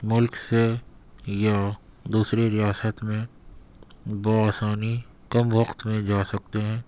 ملک سے یا دوسری ریاست میں بہ آسانی کم وقت میں جا سکتے ہیں